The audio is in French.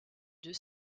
deux